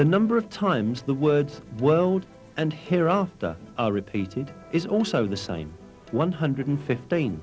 the number of times the words world and hereafter are repeated is also the same one hundred fifteen